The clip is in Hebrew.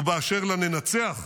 ובאשר ל"ננצח",